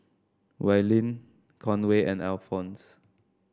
Willene Conway and Alphons